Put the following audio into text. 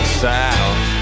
south